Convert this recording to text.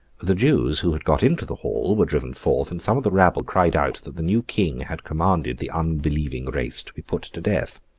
the jews who had got into the hall, were driven forth and some of the rabble cried out that the new king had commanded the unbelieving race to be put to death.